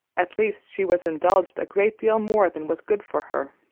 at least she was indulged a great deal more than was good for her.